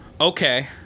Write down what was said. okay